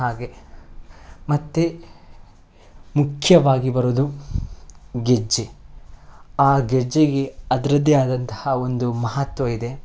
ಹಾಗೇ ಮತ್ತು ಮುಖ್ಯವಾಗಿ ಬರೋದು ಗೆಜ್ಜೆ ಆ ಗೆಜ್ಜೆಗೆ ಅದರದ್ದೇ ಆದಂತಹ ಒಂದು ಮಹತ್ವ ಇದೆ